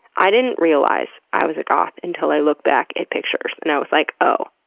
i didn't realize i was a goth until i looked back at pictures and i was like, oh,